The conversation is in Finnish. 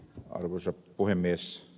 arvoisa puhemies